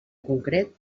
concret